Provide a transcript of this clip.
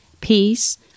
peace